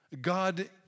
God